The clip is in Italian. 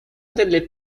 delle